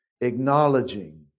acknowledging